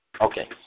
Okay